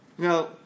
Now